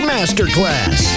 Masterclass